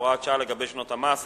הוראת שעה לגבי שנות המס 2007,